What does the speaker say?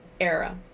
era